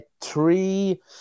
three